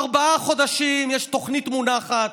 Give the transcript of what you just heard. ארבעה חודשים יש תוכנית מונחת,